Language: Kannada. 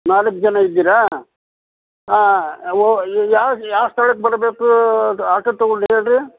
ನಾಲ್ಕು ಜನ ಇದ್ದೀರಾ ಹಾಂ ಅವು ಯಾವ ಯಾವ ಸ್ಥಳಕ್ಕೆ ಬರ್ಬೇಕು ಆಟೊ ತಗೊಂಡು ಹೇಳಿರಿ